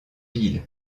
ville